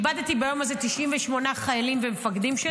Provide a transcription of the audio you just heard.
כן: איבדתי ביום הזה 98 חיילים ומפקדים שלי,